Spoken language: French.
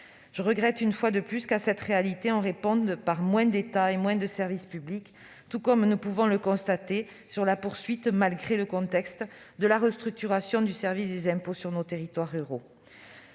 Je regrette, une fois de plus, qu'à cette réalité on réponde par moins d'État et moins de services publics. Nous pouvons également le constater au travers de la poursuite, malgré le contexte, de la restructuration du service des impôts sur nos territoires ruraux.